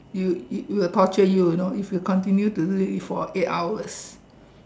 you that will torture you you know if you continue to do it for eight hours